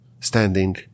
standing